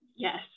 Yes